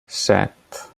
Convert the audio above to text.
set